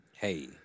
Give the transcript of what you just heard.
Hey